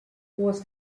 was